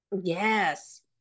yes